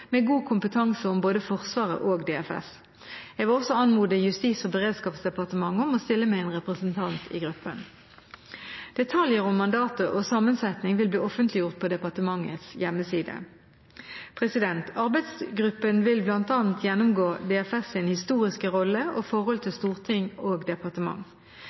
med god kompetanse om både Forsvaret og DFS. Jeg vil også anmode Justis- og beredskapsdepartementet om å stille med en representant i gruppen. Detaljer om mandatet og sammensettingen vil bli offentliggjort på departementets hjemmeside. Arbeidsgruppen vil bl.a. gjennomgå DFS’ historiske rolle og forholdet til storting og departement.